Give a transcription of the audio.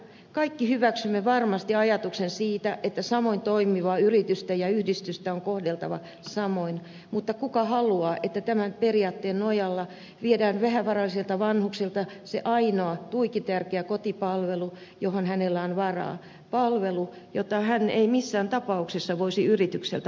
kaikki hyväksymme varmasti ajatuksen siitä että samoin toimivaa yritystä ja yhdistystä on kohdeltava samoin mutta kuka haluaa että tämän periaatteen nojalla viedään vähävaraisilta vanhuksilta se ainoa tuiki tärkeä kotipalvelu johon hänellä on varaa palvelu jota hän ei missään tapauksessa voisi yritykseltä markkinahintaan ostaa